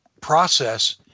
process